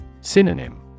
Synonym